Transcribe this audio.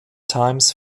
times